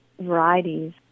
varieties